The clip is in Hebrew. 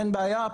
אין בעיה,